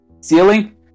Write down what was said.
ceiling